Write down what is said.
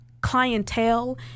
clientele